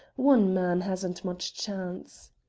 one man hasn't much chance.